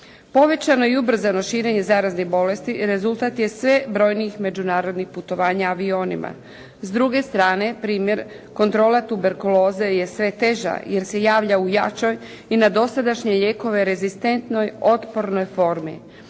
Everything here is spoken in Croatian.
Povećano i ubrzano širenje zaraznih bolesti rezultat je sve brojnijih međunarodnih putovanja avionima. S druge strane primjer kontrola tuberkuloze je sve teža jer se javlja u jačoj i na dosadašnje lijekove rezistentnoj otpornoj formi.